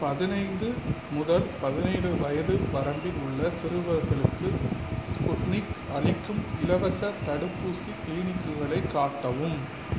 பதினைந்து முதல் பதினேழு வயது வரம்பில் உள்ள சிறுவர்களுக்கு ஸ்புட்னிக் அளிக்கும் இலவசத் தடுப்பூசி கிளினிக்குகளைக் காட்டவும்